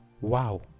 wow